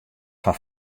fan